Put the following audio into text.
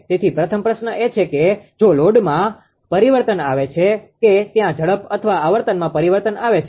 તેથી પ્રથમ પ્રશ્ન એ છે કે જો લોડમાં પરિવર્તન આવે છે કે ત્યાં ઝડપ અથવા આવર્તનમાં પરિવર્તન આવે છે